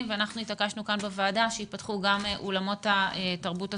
ואנחנו התעקשנו כאן בוועדה שייפתחו גם אולמות התרבות הסגורים.